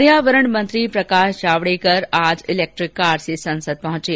पर्यावरण मंत्री प्रकाश जावड़ेकर आज इलेक्ट्रिक कार से संसद पहुंचे